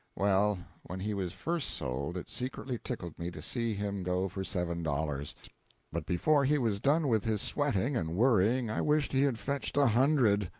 well, when he was first sold, it secretly tickled me to see him go for seven dollars but before he was done with his sweating and worrying i wished he had fetched a hundred.